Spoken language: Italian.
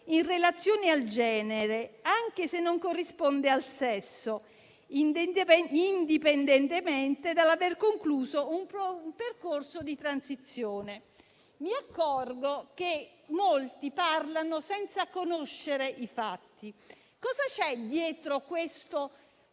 in relazione al genere, anche se non corrispondente al sesso, indipendentemente dall'aver concluso un percorso di transizione». Mi accorgo che molti parlano senza conoscere i fatti. Cosa c'è dietro questa